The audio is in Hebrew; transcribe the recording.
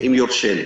אם יורשה לי.